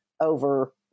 over